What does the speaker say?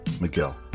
Miguel